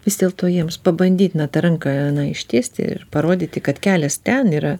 vis dėlto jiems pabandyt na tą ranką na ištiesti ir parodyti kad kelias ten yra